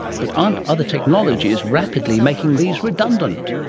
but aren't other technologies rapidly making these redundant?